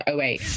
08